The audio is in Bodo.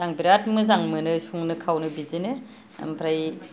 आं बिराद मोजां मोनो संनो खावनो बिदिनो ओमफ्राय